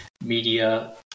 media